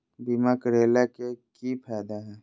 बीमा करैला के की फायदा है?